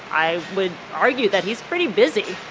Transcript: i would argue that he's pretty busy.